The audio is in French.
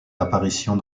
apparitions